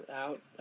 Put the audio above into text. out